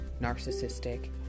narcissistic